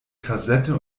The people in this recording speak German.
kassette